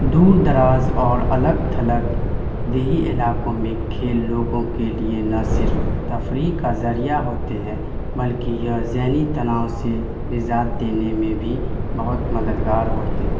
دور دراز اور الگ تھلگ دیہی علاقوں میں کھیل لوگوں کے لیے نہ صرف تفریح کا ذریعہ ہوتے ہیں بلکہ یہ ذہنی تناؤ سے نجات دینے میں بھی بہت مددگار ہوتے ہیں